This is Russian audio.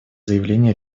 заявления